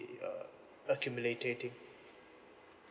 uh accumulating